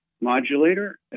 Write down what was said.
modulator